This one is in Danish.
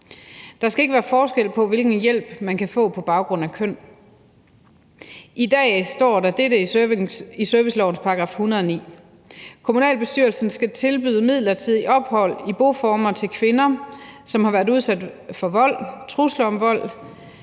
Der skal ikke være forskel på, hvilken hjælp man kan få, på baggrund af køn. I dag står der dette i servicelovens § 109: »Kommunalbestyrelsen skal tilbyde midlertidigt ophold i boformer til kvinder, som har været udsat for vold, trusler om vold